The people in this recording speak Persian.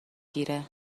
گیره